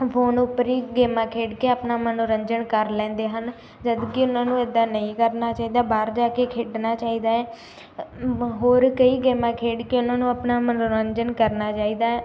phone ਉੱਪਰ ਹੀ ਗੇਮਾਂ ਖੇਡ ਕੇ ਆਪਣਾ ਮਨੋਰੰਜਨ ਕਰ ਲੈਂਦੇ ਹਨ ਜਦੋਂ ਕਿ ਉਹਨਾਂ ਨੂੰ ਇੱਦਾਂ ਨਹੀਂ ਕਰਨਾ ਚਾਹੀਦਾ ਬਾਹਰ ਜਾ ਕੇ ਖੇਡਣਾ ਚਾਹੀਦਾ ਹੈ ਹੋਰ ਕਈ ਗੇਮਾਂ ਖੇਡ ਕੇ ਉਹਨਾਂ ਨੂੰ ਆਪਣਾ ਮਨੋਰੰਜਨ ਕਰਨਾ ਚਾਹੀਦਾ ਹੈ